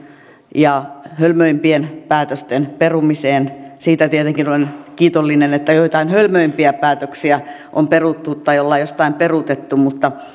ja hölmöimpien päätösten perumiseen siitä tietenkin olen kiitollinen että joitain hölmöimpiä päätöksiä on peruttu tai on jostain peruutettu mutta